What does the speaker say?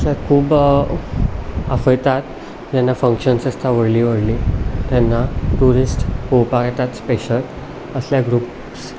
अशे खूब आफयतात जेन्ना फंक्शन्स आसता व्हडलीं व्हडलीं तेन्ना ट्युरिस्ट पोवपाक येता स्पेशियल अश्या ग्रुप्स